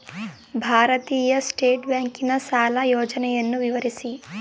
ಭಾರತೀಯ ಸ್ಟೇಟ್ ಬ್ಯಾಂಕಿನ ಸಾಲ ಯೋಜನೆಯನ್ನು ವಿವರಿಸಿ?